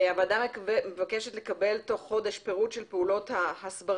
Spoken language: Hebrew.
הוועדה מבקשת לקבל בתוך חודש פירוט של פעולות ההסברה